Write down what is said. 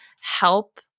help